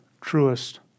truest